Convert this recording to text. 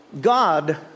God